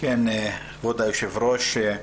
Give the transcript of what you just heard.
כבוד היושב-ראש,